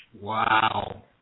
Wow